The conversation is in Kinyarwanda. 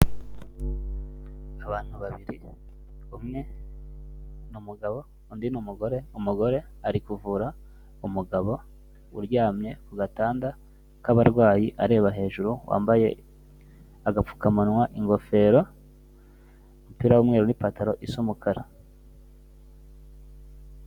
Abantu babiri umwe ni umugabo undi ni umugore, umugore ari kuvura umugabo uryamye ku gatanda k'abarwayi areba hejuru, wambaye agapfukamunwa, ingofero, umupira w'umweru n'ipantaro isa umukara.